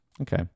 okay